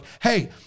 hey